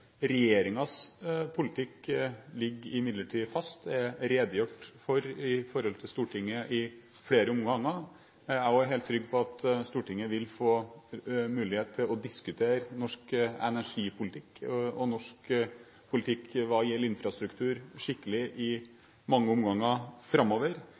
politikk ligger imidlertid fast. Den er det redegjort for overfor Stortinget i flere omganger, og jeg er helt trygg på at Stortinget vil få mulighet til å diskutere norsk energipolitikk og norsk politikk hva gjelder infrastruktur, skikkelig i mange omganger framover.